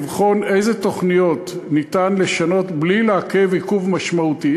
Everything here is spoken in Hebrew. לבחון איזה תוכניות ניתן לשנות בלי לעכב עיכוב משמעותי.